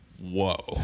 Whoa